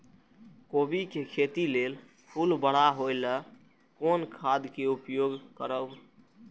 कोबी के खेती लेल फुल बड़ा होय ल कोन खाद के उपयोग करब?